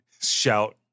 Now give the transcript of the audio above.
shout